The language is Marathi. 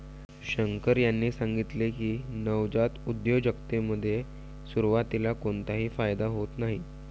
शंकर यांनी सांगितले की, नवजात उद्योजकतेमध्ये सुरुवातीला कोणताही फायदा होत नाही